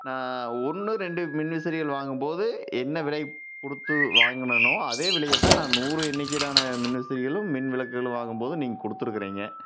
நான் ஒன்று ரெண்டு மின்விசிறிகள் வாங்கும் போது என்ன விலை கொடுத்து வாங்கினனோ அதே விலையை தான் நான் நூறு எண்ணிக்கையிலான மின்விசிறிகளும் மின் விளக்குகளும் வாங்கும்போதும் நீங்கள் கொடுத்துருக்குறீங்க